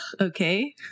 okay